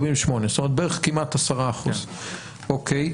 זאת אומרת בערך 10%. כן.